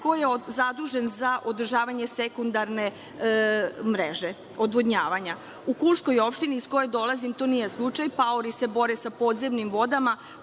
ko je zadužen za održavanje sekundarne mreže odvodnjavanja?U kulskoj opštini, iz koje dolazim, to nije slučaj. Paori se bore sa podzemnim vodama,